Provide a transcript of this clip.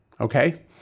Okay